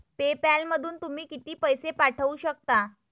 पे पॅलमधून तुम्ही किती पैसे पाठवू शकता?